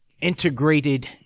integrated